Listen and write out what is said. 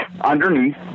underneath